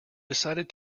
decided